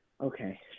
Okay